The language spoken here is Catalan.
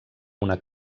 una